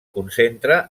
concentra